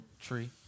tree